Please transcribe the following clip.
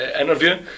interview